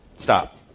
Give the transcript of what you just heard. Stop